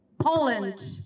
Poland